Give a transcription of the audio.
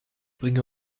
bringe